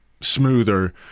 Smoother